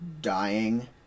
dying